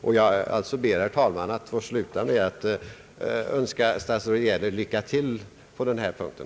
Jag ber alltså, herr talman, att få sluta med att önska statsrådet Geijer lycka till på den här punkten.